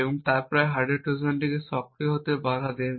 এবং তারপর হার্ডওয়্যার ট্রোজানকে সক্রিয় হতে বাধা দেবে